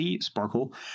Sparkle